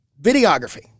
Videography